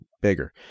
bigger